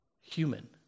human